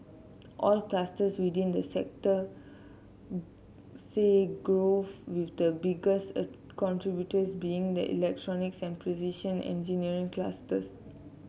all clusters within the sector see growth with the biggest a contributors being the electronics and precision engineering clusters